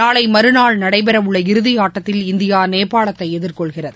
நாளை மறுநாள் நடைபெற உள்ள இறதி ஆட்டத்தில் இந்தியா நேபாளத்தை எதிர்கொள்கிறது